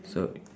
so